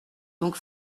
donc